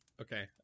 Okay